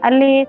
Ali